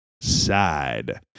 Side